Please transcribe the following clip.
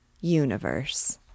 universe